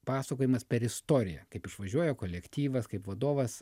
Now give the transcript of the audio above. pasakojimas per istoriją kaip išvažiuoja kolektyvas kaip vadovas